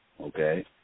okay